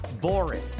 boring